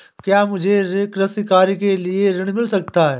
क्या मुझे कृषि कार्य के लिए ऋण मिल सकता है?